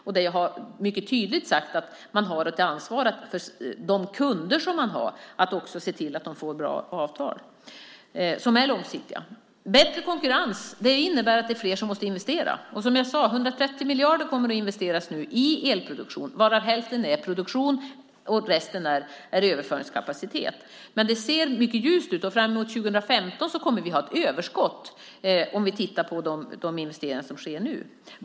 Där har jag mycket tydligt sagt att man har ett ansvar för att de kunder man har också får bra och långsiktiga avtal. Bättre konkurrens innebär att fler måste investera. Som jag sade: 130 miljarder kommer nu att investeras i elproduktion, varav hälften är produktion och resten överföringskapacitet. Det ser mycket ljust ut, och fram emot 2015 kommer vi att ha ett överskott mot bakgrund av de investeringar som sker nu.